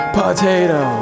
potato